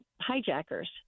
hijackers